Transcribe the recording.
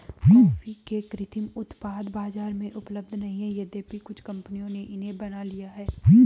coffee के कृत्रिम उत्पाद बाजार में उपलब्ध नहीं है यद्यपि कुछ कंपनियों ने इन्हें बना लिया है